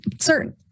certain